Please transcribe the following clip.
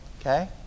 Okay